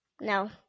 No